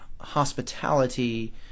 hospitality